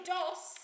Doss